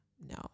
No